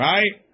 Right